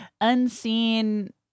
unseen